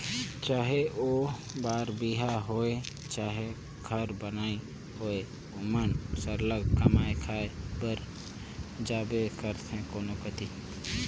चहे ओ बर बिहा होए चहे घर बनई होए ओमन सरलग कमाए खाए बर जाबेच करथे कोनो कती